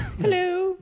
hello